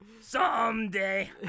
Someday